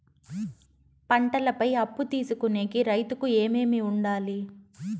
పంటల పై అప్పు తీసుకొనేకి రైతుకు ఏమేమి వుండాలి?